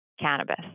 cannabis